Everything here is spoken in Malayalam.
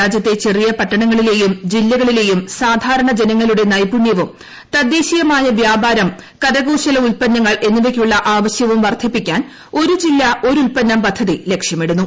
രാജ്യത്തെ ചെറിയ പട്ടണ്ട്ടളിലെയും ജില്ലകളി ലെയും സാധാരണ ജനങ്ങളുടെ ട്ട്ന്റ്പുണ്യവും തദ്ദേശീയമായ വ്യാപാരം കരകൌശലം ഉൽപ്പന്നുണ്ട്ടൾ എന്നിവയ്ക്കുള്ള ആവ ശ്യവും വർദ്ധിപ്പിക്കാൻ ഒരു ജീീല്ല ഒരു ഉൽപ്പന്നം പദ്ധതി ലക്ഷ്യ മിടുന്നു